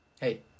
hey